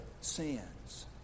sins